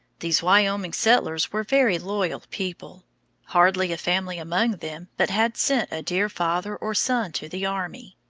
these wyoming settlers were very loyal people hardly a family among them but had sent a dear father or son to the army.